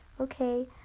Okay